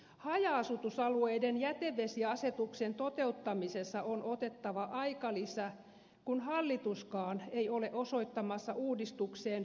haja asutusalueiden jätevesiasetuksen toteuttamisessa on otettava aikalisä kun hallituskaan ei ole osoittamassa uudistukseen riittävää rahoitusta